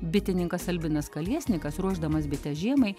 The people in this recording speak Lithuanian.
bitininkas albinas kalesnikas ruošdamas bites žiemai